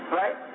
right